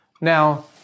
now